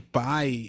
pai